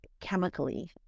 chemically